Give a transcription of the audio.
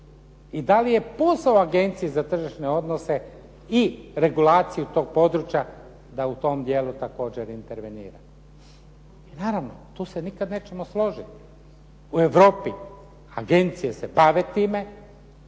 I da li je posao Agencije za tržišne odnose i regulaciju toga područja da u tom dijelu također intervenira. Naravno tu se nikada nećemo složiti. U Europi se agencije bave time,